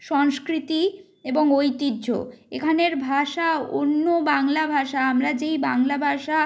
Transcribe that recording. সংস্কৃতি এবং ঐতিহ্য এখানের ভাষা অন্য বাংলা ভাষা আমরা যেই বাংলা ভাষা